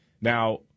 Now